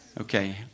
Okay